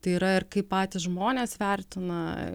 tai yra ir kaip patys žmonės vertina